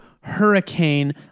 hurricane